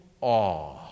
awe